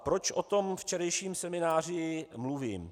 Proč o tom včerejším semináři mluvím?